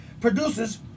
produces